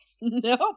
nope